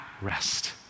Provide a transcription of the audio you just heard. rest